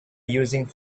using